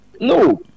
No